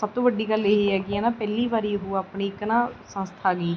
ਸਭ ਤੋਂ ਵੱਡੀ ਗੱਲ ਇਹ ਹੈਗੀ ਆ ਨਾ ਕਿ ਪਹਿਲੀ ਵਾਰੀ ਉਹ ਆਪਣੀ ਇੱਕ ਨਾ ਸੰਸਥਾ ਹੈਗੀ